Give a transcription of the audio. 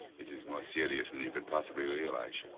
it is more serious than you could possibly realize,